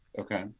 Okay